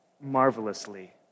marvelously